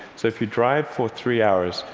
so if you drive for three hours,